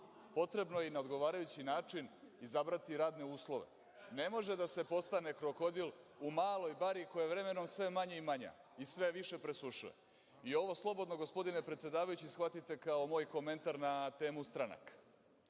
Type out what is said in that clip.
Potrebno je i na odgovarajući način izabrati radne uslove. Ne može da se postane krokodil u maloj bari koja je vremenom sve manja i manja i sve više presušuje. Ovo slobodno, gospodine predsedavajući shvatite kao moj komentar na temu stranaka.